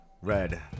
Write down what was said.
Red